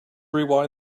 rewind